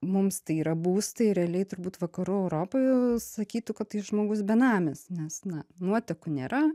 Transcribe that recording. mums tai yra būstai realiai turbūt vakarų europoj jau sakytų kad tai žmogus benamis nes na nuotekų nėra